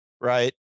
right